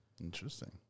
Interesting